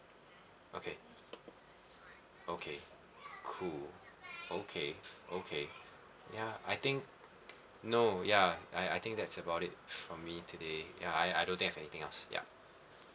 okay okay cool okay okay ya I think no ya I I think that's about it for me today ya I I don't have anything else ya